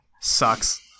Sucks